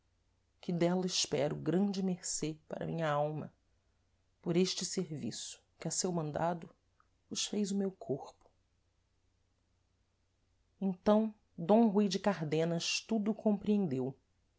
que dela espero grande mercê para a minha alma por êste serviço que a seu mandado vos fez o meu corpo então d rui de cardenas tudo compreendeu e